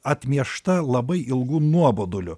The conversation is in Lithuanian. atmiešta labai ilgu nuoboduliu